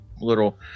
little